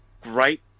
great